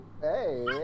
Hey